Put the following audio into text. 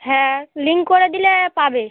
হ্যাঁ লিংক করে দিলে পাবে